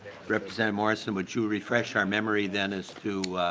representative morrison would you refresh our memory then as to